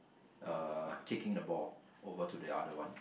uh kicking the ball over to the other one